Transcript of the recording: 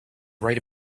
write